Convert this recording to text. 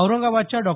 औरंगाबादच्या डॉ